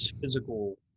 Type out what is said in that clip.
physical